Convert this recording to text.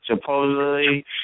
supposedly